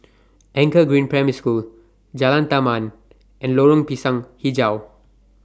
Anchor Green Primary School Jalan Taman and Lorong Pisang Hijau